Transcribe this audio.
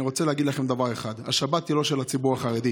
אני רוצה להגיד לכם דבר אחד: השבת היא לא של הציבור החרדי,